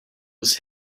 was